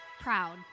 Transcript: proud